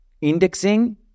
indexing